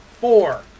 four